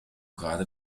gerade